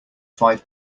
five